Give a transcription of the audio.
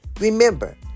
Remember